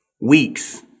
weeks